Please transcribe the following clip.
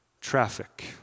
traffic